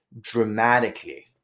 dramatically